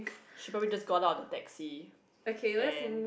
she probably just go out from the taxi and